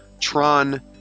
Tron